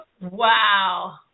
Wow